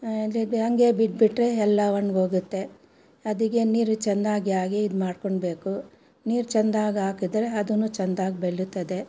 ಹಂಗೆ ಬಿಟ್ಬಿಟ್ಟರೆ ಎಲ್ಲ ಒಣಗೋಗುತ್ತೆ ಅದಕ್ಕೆ ನೀರು ಚೆಂದಾಗಿ ಆಗಿ ಇದು ಮಾಡ್ಕೊಳ್ಬೇಕು ನೀರು ಚೆಂದಾಗಿ ಹಾಕಿದ್ರೆ ಅದೂ ಚೆಂದಾಗಿ ಬೆಳೀತದೆ